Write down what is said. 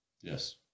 Yes